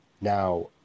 now